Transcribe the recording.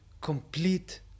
complete